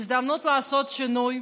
הזדמנות לעשות שינוי.